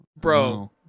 Bro